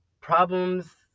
problems